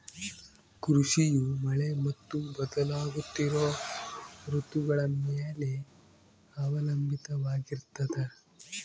ಕೃಷಿಯು ಮಳೆ ಮತ್ತು ಬದಲಾಗುತ್ತಿರೋ ಋತುಗಳ ಮ್ಯಾಲೆ ಅವಲಂಬಿತವಾಗಿರ್ತದ